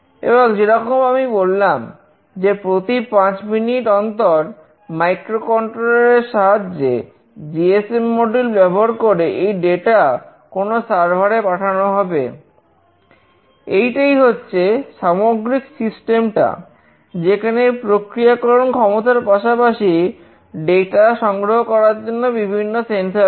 এবং যেরকম আমি বললাম যে প্রতি 5 মিনিট অন্তর মাইক্রোকন্ট্রোলার আছে